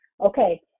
Okay